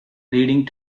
leading